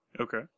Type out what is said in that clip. Okay